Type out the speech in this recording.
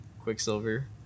Quicksilver